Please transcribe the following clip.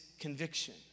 conviction